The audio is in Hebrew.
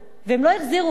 והם לא החזירו אותו.